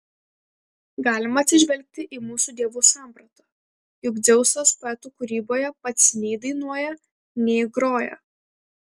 galima atsižvelgti į mūsų dievų sampratą juk dzeusas poetų kūryboje pats nei dainuoja nei groja